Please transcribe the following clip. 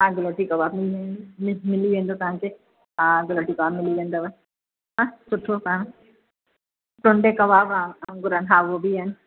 हा गिलौटी कबाब मिल जाएंगे मिली वेंदो तव्हांखे हा गिलौटी कबाब मिली वेंदव हा सुठो पाण टुंडे कबाब आहे वांगुरु आहिनि हा वो बि आहिनि